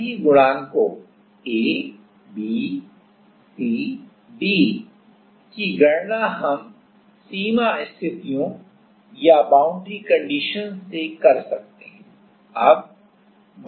अब सभी गुणांकों ABCD की गणना हम सीमा स्थितियों से कर सकते हैं